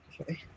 Okay